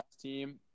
team